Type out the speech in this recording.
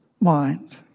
mind